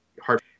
hard